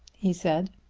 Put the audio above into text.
he said.